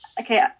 okay